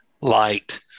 light